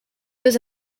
deux